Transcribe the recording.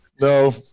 No